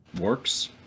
works